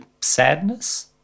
sadness